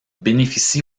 bénéficie